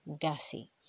gassy